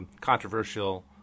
controversial